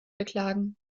beklagen